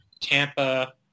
Tampa